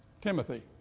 Timothy